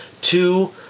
two